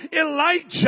Elijah